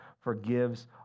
forgives